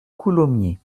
coulommiers